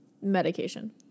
medication